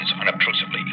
unobtrusively